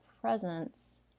presence